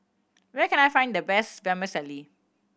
where can I find the best Vermicelli